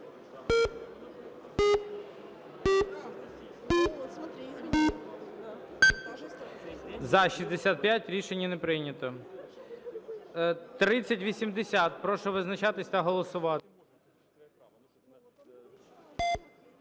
За-65 Рішення не прийнято. 3080. Прошу визначатись та голосувати.